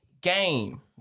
Game